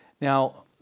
Now